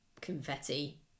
confetti